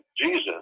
Jesus